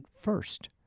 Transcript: first